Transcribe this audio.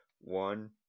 one